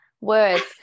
words